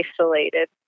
isolated